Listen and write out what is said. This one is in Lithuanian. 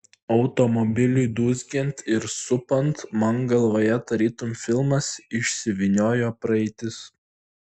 automobiliui dūzgiant ir supant man galvoje tarytum filmas išsivyniojo praeitis